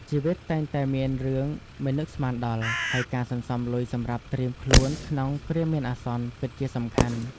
ជីវិតតែងតែមានរឿងមិននឹកស្មានដល់ ហើយការសន្សំលុយសម្រាប់ត្រៀមខ្លួនក្នុងគ្រាមានអាសន្នពិតជាសំខាន់ ។